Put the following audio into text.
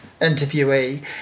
interviewee